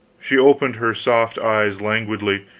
she opened her soft eyes languidly,